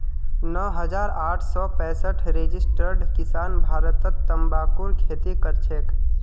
नौ हजार आठ सौ पैंसठ रजिस्टर्ड किसान भारतत तंबाकूर खेती करछेक